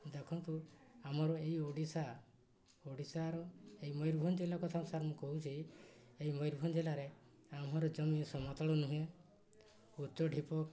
ଦେଖନ୍ତୁ ଆମର ଏଇ ଓଡ଼ିଶା ଓଡ଼ିଶାର ଏଇ ମୟୂରଭଞ୍ଜ ଜିଲ୍ଲା କଥା ସାର୍ ମୁଁ କହୁଛି ଏଇ ମୟୂରଭଞ୍ଜ ଜିଲ୍ଲାରେ ଆମର ଜମି ସମତଳ ନୁହେଁ ଉଚ୍ଚ ଢ଼ିପ